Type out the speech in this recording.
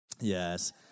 Yes